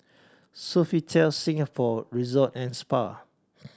Sofitel Singapore Resort and Spa